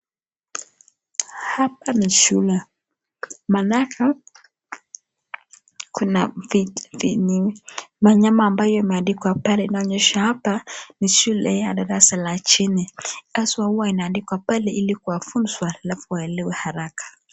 Hapa ni shule, maanake kuna wanyama ambayo imeandikwa. Pale inaonyeshwa hapa ni shule ya darasa la chini, haswa inaandikwa pale ili kuwafunza alafu waelewe haraka.